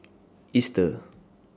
Easter